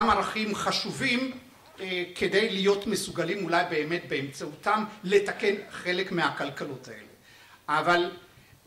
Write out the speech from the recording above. ערכים חשובים כדי להיות מסוגלים אולי באמת באמצעותם לתקן חלק מהכלכלות האלה, אבל...